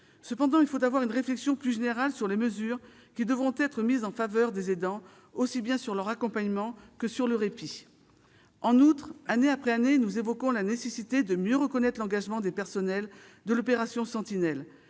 limité. Il faut mener une réflexion plus générale sur les mesures en faveur des aidants, aussi bien sur leur accompagnement que sur le répit. En outre, année après année, nous évoquons la nécessité de mieux reconnaître l'engagement des personnels de l'opération Sentinelle.